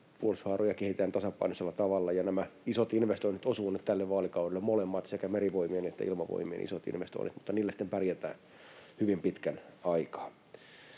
puolustushaaroja kehitetään tasapainoisella tavalla, ja nämä molemmat isot investoinnit osuvat nyt tälle vaalikaudelle, sekä Merivoimien että Ilmavoimien isot investoinnit. Mutta niillä sitten pärjätään hyvin pitkän aikaa.